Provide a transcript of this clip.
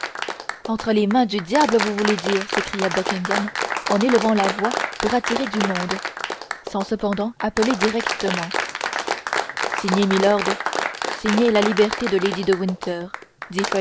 dans les mains du diable vous voulez dire s'écria buckingham en élevant la voix pour attirer du monde sans cependant appeler directement signez milord signez la liberté de lady de